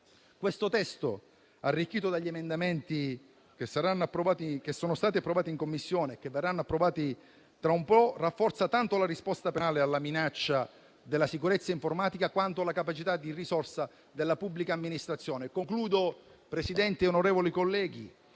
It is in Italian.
Questo testo, arricchito dagli emendamenti che sono stati approvati in Commissione e che verranno approvati tra breve, rafforza tanto la risposta penale alla minaccia alla sicurezza informatica, quanto la capacità di risposta della pubblica amministrazione. Concludo, Presidente e onorevoli colleghi,